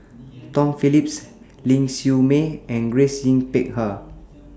Tom Phillips Ling Siew May and Grace Yin Peck Ha